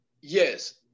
yes